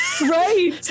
Right